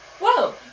whoa